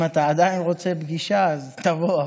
אם אתה עדיין רוצה פגישה אז תבוא,